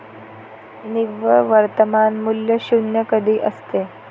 निव्वळ वर्तमान मूल्य शून्य कधी असते?